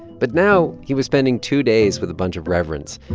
but now he was spending two days with a bunch of reverends,